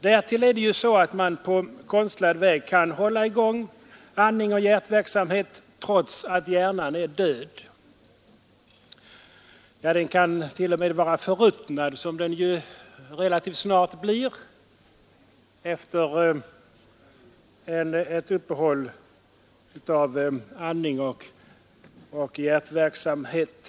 Vidare kan man på konstlad väg hålla i gång andning och hjärtverksamhet, trots att hjärnan är död, t.o.m. vara förruttnad, som den blir efter en tids uppehåll i andning och hjärtverksamhet.